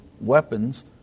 weapons